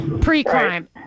pre-crime